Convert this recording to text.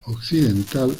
occidental